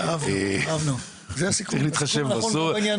אהבנו, זה הסיכום הנכון בעניין הזה.